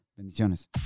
bendiciones